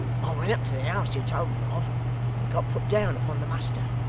i went up to the house you told me of and got put down upon the muster.